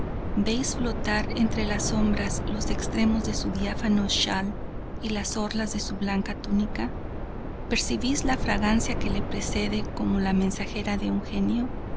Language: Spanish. veis flotar entre las sombras los extremos de su diáfano schal y las orlas de su blanca túnica percibís la fragancia que la precede como la mensajera de un genio